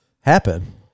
happen